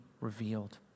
revealed